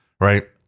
right